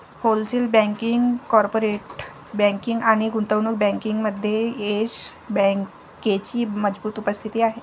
wholesale banking, corporate banking आणि गुंतवणूक बँकिंगमध्ये येस बँकेची मजबूत उपस्थिती आहे